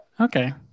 Okay